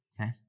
okay